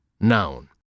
noun